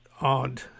odd